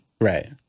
Right